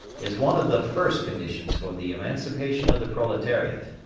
is one of the first conditions for the emancipation of the proletariat.